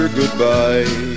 goodbye